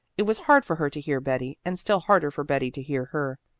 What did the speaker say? it was hard for her to hear betty, and still harder for betty to hear her.